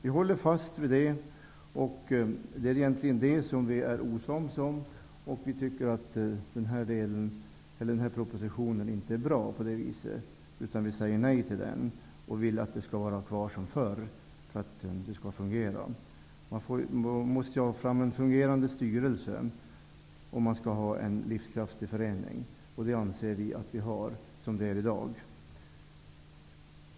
Vi håller fast vid det, och det är egentligen det som vi är oense om. Vi tycker inte att den här propositionen är bra. Vi säger nej till den. Vi vill att det skall vara som förr, för att det skall fungera. Man måste ju ha en fungerande styrelse om man skall ha en livskraftig förening, och det anser vi att vi har som det är i dag.